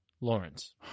Lawrence